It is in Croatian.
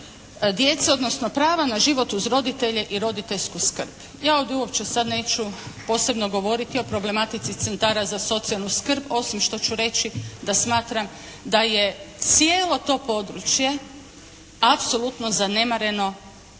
djece, odnosno prava na život uz roditelje i roditeljsku skrb. Ja ovdje uopće sad neću posebno govoriti o problematici Centara za socijalnu skrb osim što ću reći da smatram da je cijelo to područje apsolutno zanemareno